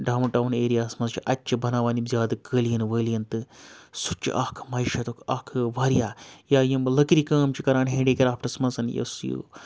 down town ایریاہَس مَنٛز چھِ اَتہِ چھِ بَناوان یِم زیادٕ قٲلیٖن وٲلیٖن تہٕ سُہ تہِ چھُ اَکھ معشیتُک اَکھ واریاہ یا یِم لٔکرِ کٲم چھِ کَران ہینٛڈی کرٛافٹَس منٛز یۄس یہِ